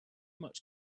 much